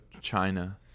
China